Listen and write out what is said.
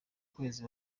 kwezi